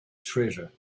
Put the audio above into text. treasure